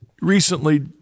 recently